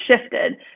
shifted